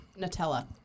nutella